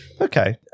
okay